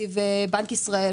תקציב בנק ישראל,